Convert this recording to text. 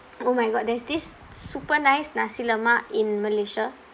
oh my god there's this super nice nasi lemak in malaysia